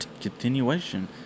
continuation